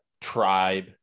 Tribe